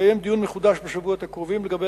יתקיים דיון מחודש בשבועות הקרובים לגבי